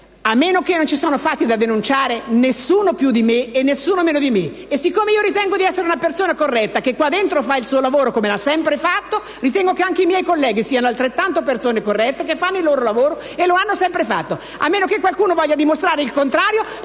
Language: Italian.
a meno che non ci sono fatti da denunciare, «nessuno più di me e nessuno meno di me». Siccome io ritengo di essere una persona corretta, che qua dentro fa il suo lavoro come l'ha sempre fatto, penso che anche i miei colleghi siano persone altrettanto corrette, che fanno il loro lavoro e lo hanno sempre fatto, a meno che qualcuno voglia dimostrare il contrario,